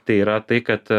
tai yra tai kad